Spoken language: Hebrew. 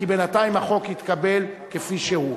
כי בינתיים החוק יתקבל כפי שהוא,